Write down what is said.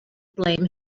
blame